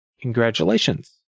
congratulations